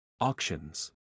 Auctions